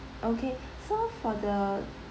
okay so for the